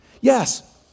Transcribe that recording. Yes